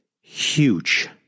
Huge